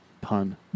Pun